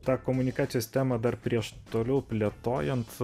tą komunikacijos temą dar prieš toliau plėtojant